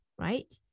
right